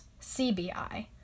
CBI